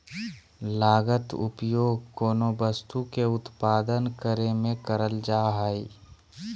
लागत उपयोग कोनो वस्तु के उत्पादन करे में करल जा हइ